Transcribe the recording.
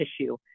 tissue